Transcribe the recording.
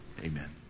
amen